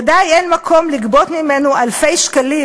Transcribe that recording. ודאי אין מקום לגבות ממנו אלפי שקלים